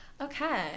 okay